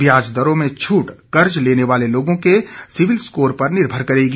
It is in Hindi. व्याज दरों में छूट कर्ज लेने वाले लोगों के सिबिल स्कोर पर निर्भर करेगी